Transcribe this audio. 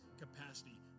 capacity